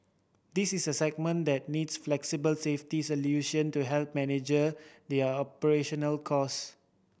this is a segment that needs flexible safety solution to help manage their operational cost